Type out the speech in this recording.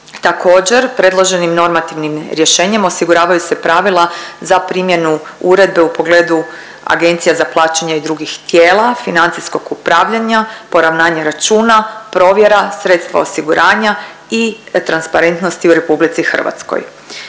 Također, predloženim normativnim rješenjem osiguravaju se pravila za primjenu uredbe u pogledu agencija za plaćanje i drugih tijela financijskog upravljanja, poravnanja računa, provjera, sredstva osiguranja i transparentnosti u RH.